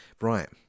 Right